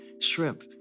shrimp